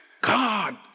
God